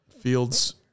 Fields